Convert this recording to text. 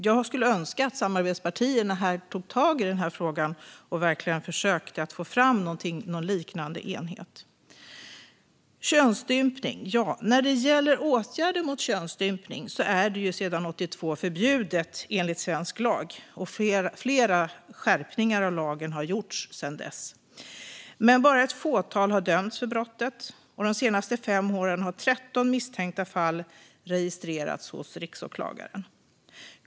Jag skulle önska att samarbetspartierna tog tag i frågan och verkligen försökte att få fram en liknande enhet. När det gäller åtgärder mot könsstympning är det ju sedan 1982 förbjudet enligt svensk lag, och flera skärpningar av lagen har gjorts sedan dess. Men bara ett fåtal har dömts för brottet. De senaste fem åren har 13 misstänkta fall registrerats hos Riksåklagaren.